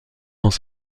dans